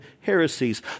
heresies